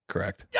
Correct